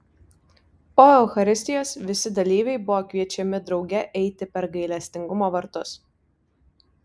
po eucharistijos visi dalyviai buvo kviečiami drauge eiti per gailestingumo vartus